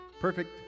perfect